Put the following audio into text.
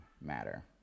matter